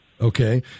Okay